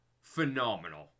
phenomenal